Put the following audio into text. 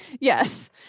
yes